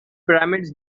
pyramids